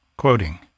Quoting